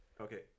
Okay